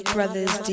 Brothers